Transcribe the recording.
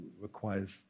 requires